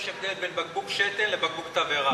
יש הבדל בין בקבוק שתן לבקבוק תבערה.